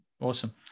Awesome